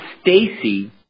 Stacy